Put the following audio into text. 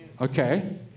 Okay